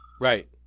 Right